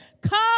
come